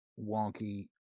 wonky